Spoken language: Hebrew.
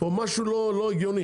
משהו פה לא הגיוני.